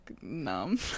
numb